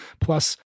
Plus